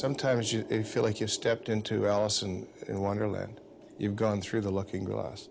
sometimes you feel like you stepped into allison in wonderland you've gone through the looking glass